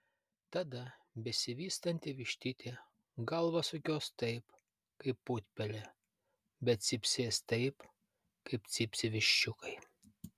tada besivystanti vištytė galvą sukios taip kaip putpelė bet cypsės taip kaip cypsi viščiukai